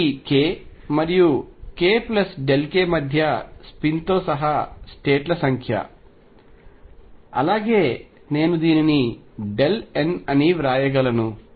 ఇది k మరియు kk మధ్య స్పిన్తో సహా స్టేట్ ల సంఖ్య అలాగే నేను దీనిని Nఅని వ్రాయగలను